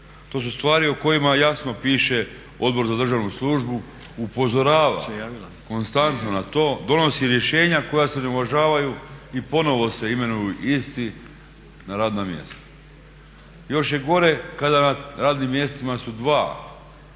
To su stvari o kojima jasno piše Odbor za državnu službu, upozorava konstantno na to, donosi rješenja koja se ne uvažavaju i ponovo se imenuju isti na radna mjesta. Još je gore kada na radnim mjestima su dva